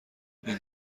این